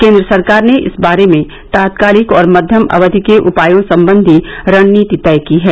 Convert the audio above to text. केन्द्र सरकार ने इस बारे में तात्कालिक और मध्यम अवधि के उपायों संबंधी रणनीति तय की है